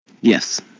yes